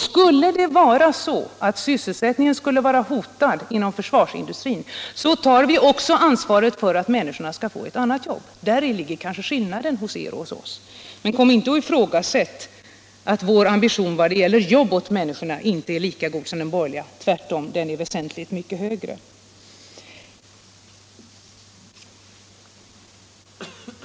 Skulle sysselsättningen hotas inom försvarsindustrin, tar vi också ansvaret för att människorna skall få ett annat jobb. Däri ligger kanske skillnaden mellan er och oss. Men kom inte och antyd att vår ambition när det gäller jobb åt människorna inte är lika god som de borgerligas. Tvärtom, den är väsentligt mycket högre.